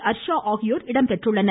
ஹர்ஷா ஆகியோர் இடம்பெற்றுள்ளனர்